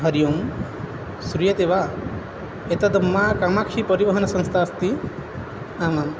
हरिः ओं श्रूयते वा एतद् मा कामाक्षी परिवहनसंस्था अस्ति आम् आम्